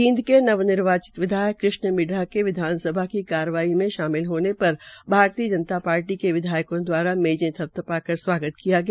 जींद के नवनिर्वाचित विधायक कृष्ण मिडडा के विधानसभा की कार्रवाई में शामिल होने पर भारतीय जनता पार्टी के विधायकों द्वारा मेजे थपथपाकर स्वागत किया गया